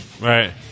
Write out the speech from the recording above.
Right